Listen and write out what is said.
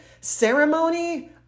ceremony